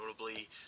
notably